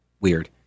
weird